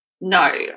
No